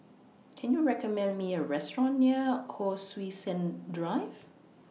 Can YOU recommend Me A Restaurant near Hon Sui Sen Drive